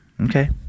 okay